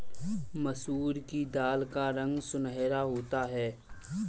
मसूर की दाल का रंग सुनहरा होता है